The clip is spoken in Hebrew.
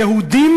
יהודים